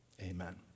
amen